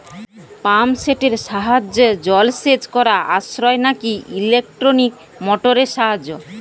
Pump সেটের সাহায্যে জলসেচ করা সাশ্রয় নাকি ইলেকট্রনিক মোটরের সাহায্যে?